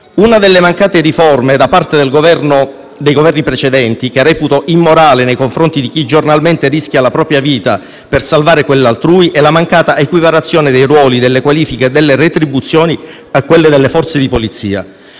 Una delle mancate riforme da parte dei Governi precedenti, che reputo immorale nei confronti di chi giornalmente rischia la propria vita per salvare quella altrui, è la mancata equiparazione dei ruoli, delle qualifiche e delle retribuzioni a quelle delle Forze di polizia.